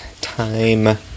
Time